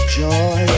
joy